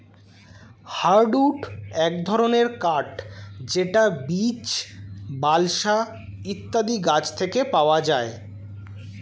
hardwood এক ধরনের কাঠ যেটা বীচ, বালসা ইত্যাদি গাছ থেকে পাওয়া যায়